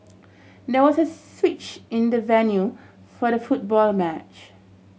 there was a switch in the venue for the football match